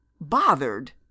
Bothered